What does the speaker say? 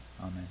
Amen